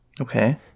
Okay